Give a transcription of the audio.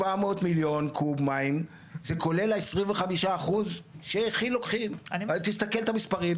700 מיליון קוב מים זה כולל ה- 25% שכיל לוקחים תסתכל את המספרים,